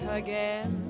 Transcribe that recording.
again